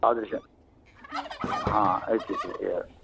तादृशं हा yes yes yes